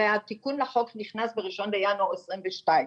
הרי התיקון לחוק נכנס ב-1 בינואר 2022,